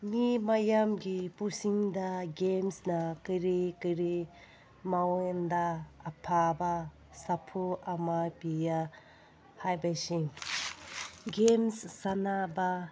ꯃꯤ ꯃꯌꯥꯝꯒꯤ ꯄꯨꯟꯁꯤꯗ ꯒꯦꯝꯁꯅ ꯀꯔꯤ ꯀꯔꯤ ꯃꯉꯣꯟꯗ ꯑꯐꯕ ꯁꯥꯐꯨ ꯑꯃ ꯄꯤꯌꯦ ꯍꯥꯏꯕꯁꯤꯡ ꯒꯦꯝꯁ ꯁꯥꯟꯅꯕ